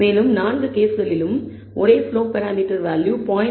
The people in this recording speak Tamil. மேலும் 4 கேஸ்களிலும் ஒரே ஸ்லோப் பராமீட்டர் வேல்யூ 0